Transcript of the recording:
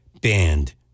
banned